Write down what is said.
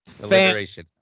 Alliteration